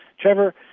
Trevor